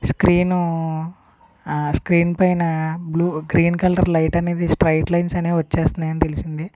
స్క్రీన్ను స్క్రీన్ పైన blue green colour light అనేది స్ట్రైట్ లైన్స్ అనేవి వచ్చేస్తున్నాయి అని తెలిసింది